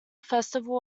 festival